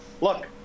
Look